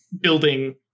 building